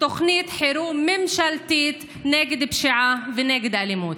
תוכנית חירום ממשלתית נגד הפשיעה ונגד האלימות.